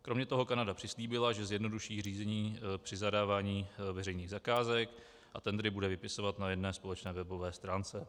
Kromě toho Kanada přislíbila, že zjednoduší řízení při zadávání veřejných zakázek a tendry bude vypisovat na jedné společné webové stránce.